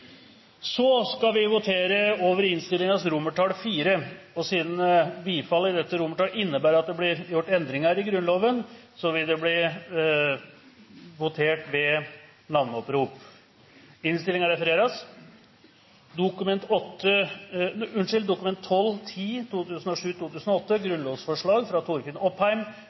Vi skal så votere over innstillingens IV, og siden bifall til dette romertall innebærer at det blir gjort endringer i Grunnloven, vil det bli votert ved navneopprop. Navneoppropet starter med representant nr. 11 fra Rogaland. Etter ønske fra